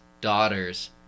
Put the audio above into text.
daughter's